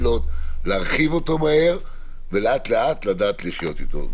להרחיב אותו מהר ולאט-לאט להתחיל לעבוד אתו.